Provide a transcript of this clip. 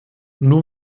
nur